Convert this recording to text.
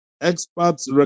Experts